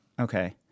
Okay